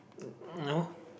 um no